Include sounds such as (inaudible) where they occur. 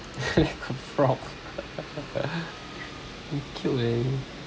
(laughs) frog (laughs) you cute eh you